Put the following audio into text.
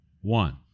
One